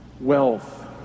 Wealth